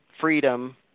freedom